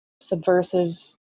subversive